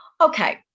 Okay